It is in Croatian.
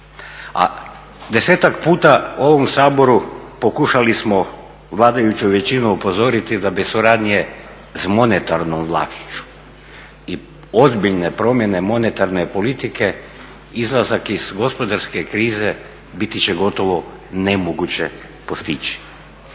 a desetak puta u ovom Saboru pokušali smo vladajuću većinu upozoriti da bi suradnje s monetarnom vlašću i ozbiljne promjene monetarne politike izlazak iz gospodarske krize biti će gotovo nemoguće postići.